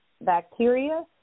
bacteria